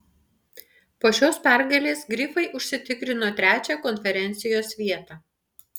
po šios pergalės grifai užsitikrino trečią konferencijos vietą